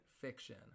fiction